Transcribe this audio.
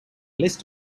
list